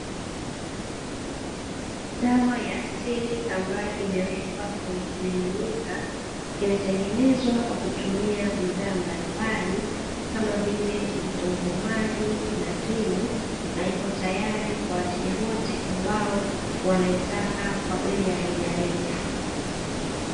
Dawa ya asili ambayo imewekwa kwenye kimiminika, imetengenezwa kwa kutumia bidhaa mbalimbali kama vile vitunguu maji na ndimu, na ipo tayari kwa wateja wote ambao wanaitaka kwa bei ya reja reja.